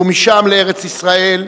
ומשם לארץ-ישראל,